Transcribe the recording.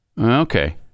Okay